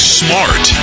smart